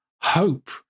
hope